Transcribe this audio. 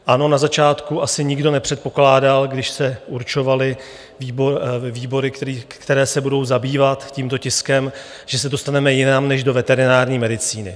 Ano, na začátku asi nikdo nepředpokládal, když se určovaly výbory, které se budou zabývat tímto tiskem, že se dostaneme jinam než do veterinární medicíny.